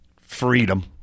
freedom